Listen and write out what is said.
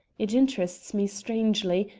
it interests me strangely,